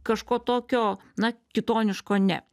kažko tokio na kitoniško ne